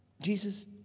Jesus